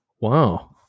Wow